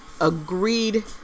agreed